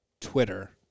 Twitter